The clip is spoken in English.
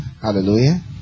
Hallelujah